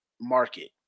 market